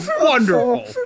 wonderful